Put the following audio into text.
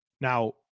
Now